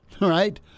right